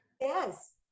yes